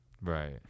Right